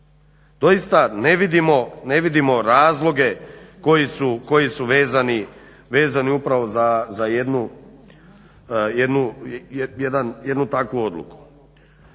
Doista ne vidimo razloge koji su vezani upravo za jednu takvu odluku.